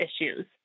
issues